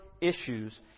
issues